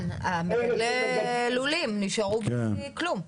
כן, מגדלי הלולים נשארו בלי כלום.